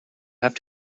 have